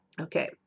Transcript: Okay